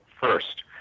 first